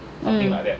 mm